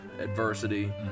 adversity